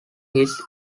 his